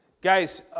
Guys